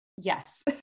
Yes